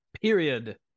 period